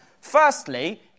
firstly